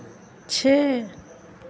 छः